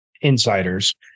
insiders